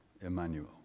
Emmanuel